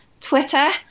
Twitter